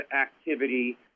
activity